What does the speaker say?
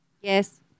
Yes